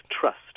trust